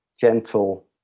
gentle